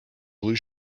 blue